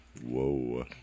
Whoa